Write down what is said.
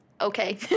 okay